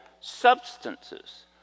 substances